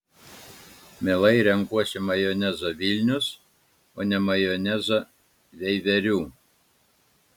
mielai renkuosi majonezą vilnius o ne majonezą veiverių